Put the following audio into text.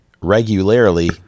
regularly